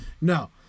No